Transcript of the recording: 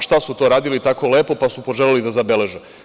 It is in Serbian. Šta su to radili tako lepo pa su želeli da zabeleže?